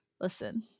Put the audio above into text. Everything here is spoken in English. listen